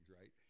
right